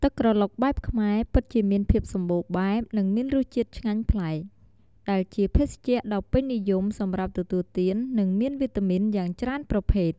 ទឹកក្រឡុកបែបខ្មែរ ពិតជាមានភាពសម្បូរបែប និងមានរសជាតិឆ្ងាញ់ប្លែក ដែលជាភេសជ្ជៈដ៏ពេញនិយមសម្រាប់ទទួលទាន និងមានវីតាមីនយ៉ាងច្រើនប្រភេទ។